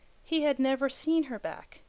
he had never seen her back.